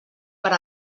per